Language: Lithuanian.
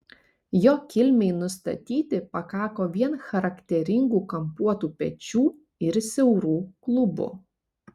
jo kilmei nustatyti pakako vien charakteringų kampuotų pečių ir siaurų klubų